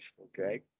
Okay